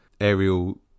aerial